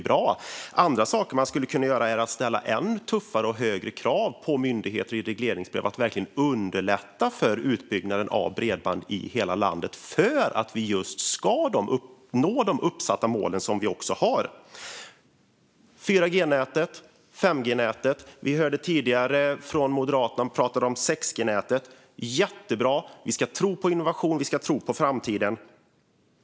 En annan sak man skulle kunna göra är att ställa än tuffare och högre krav på myndigheter i regleringsbrev att underlätta för utbyggnaden av bredband i hela landet för att vi ska nå de uppsatta målen. Det har talats om 4G-nätet och 5G-nätet, och vi hörde Moderaterna tala om 6G-nätet. Det är jättebra. Vi ska tro på innovationer och framtiden.